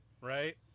right